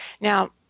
Now